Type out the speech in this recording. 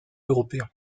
européen